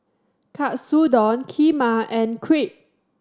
Katsudon Kheema and Crepe